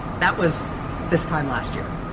that was this time last year.